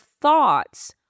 thoughts